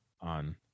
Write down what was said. on